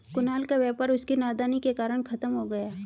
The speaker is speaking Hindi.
कुणाल का व्यापार उसकी नादानी के कारण खत्म हो गया